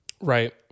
Right